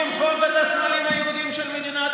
למחוק את האופי היהודי של המדינה,